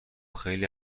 خیلی